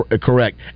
correct